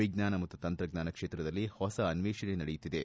ವಿಜ್ಞಾನ ಮತ್ತು ತಂತ್ರಜ್ಞಾನ ಕ್ಷೇತ್ರದಲ್ಲಿ ಹೊಸ ಅನ್ವೇಷಣೆ ನಡೆಯುತ್ತಿದೆ